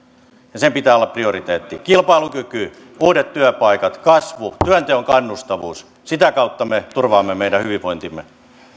ja sen pitää olla prioriteetti kilpailukyky uudet työpaikat kasvu työnteon kannustavuus sitä kautta me turvaamme meidän hyvinvointimme